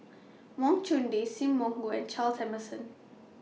Wang Chunde SIM Wong Hoo and Charles Emmerson